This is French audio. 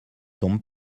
tombe